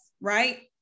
Right